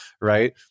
Right